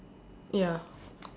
ya